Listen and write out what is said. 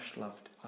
loved